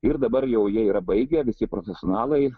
ir dabar jau jie yra baigę visi profesionalai